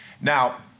Now